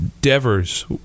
Devers